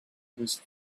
was